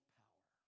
power